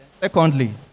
Secondly